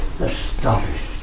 astonished